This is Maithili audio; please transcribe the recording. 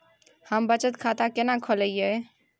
हम बचत खाता केना खोलइयै?